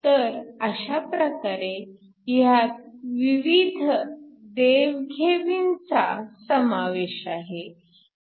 तर अशा प्रकारे ह्यात विविध देव घेवीचा समावेश आहे